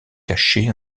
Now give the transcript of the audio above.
caché